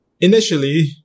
initially